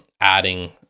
adding